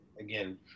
again